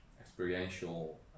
experiential